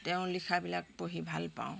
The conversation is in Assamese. তেওঁ লিখাবিলাক পঢ়ি ভাল পাওঁ